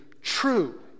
true